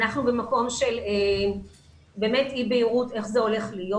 ואנחנו במקום של אי בהירות איך זה הולך להיות.